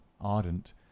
ardent